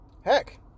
Heck